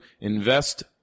invest